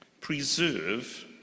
preserve